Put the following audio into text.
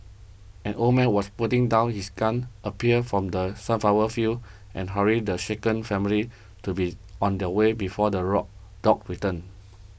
an old man was putting down his gun appeared from the sunflower fields and hurried the shaken family to be on their way before the rock dogs return